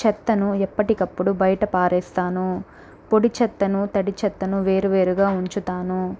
చెత్తను ఎప్పటికప్పుడు బయట పారేస్తాను పొడి చెత్తను తడి చెత్తను వేరువేరుగా ఉంచుతాను